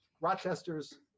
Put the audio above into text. Rochester's